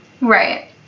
Right